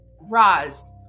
Roz